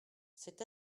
cet